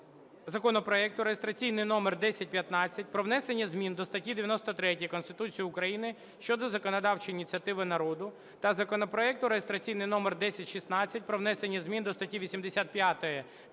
законопроекту (реєстраційний номер 1015) про внесення змін до статті 93 Конституції України щодо законодавчої ініціативи народу та законопроекту (реєстраційний номер 1016) про внесення змін до статті 85 та статті 101